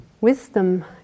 Wisdom